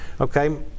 Okay